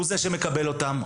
הוא זה שמקבל אותם.